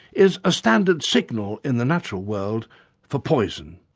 is a standard signal in the natural world for poison,